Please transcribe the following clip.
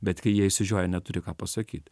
bet kai jie išsižioja neturi ką pasakyt